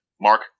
Mark